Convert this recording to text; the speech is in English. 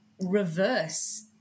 reverse